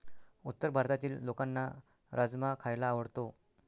उत्तर भारतातील लोकांना राजमा खायला आवडतो